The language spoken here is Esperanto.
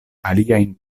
aliajn